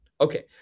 Okay